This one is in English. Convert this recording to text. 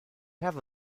have